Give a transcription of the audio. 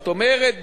זאת אומרת,